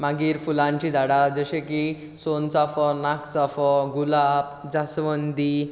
मागीर फुलांची झाडां जशें की सोनचाफो नागचाफो गुलाब जासवंती